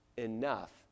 Enough